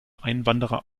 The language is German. einwanderer